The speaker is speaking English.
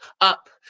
up